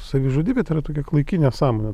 savižudybė tai yra tokia klaiki nesąmonė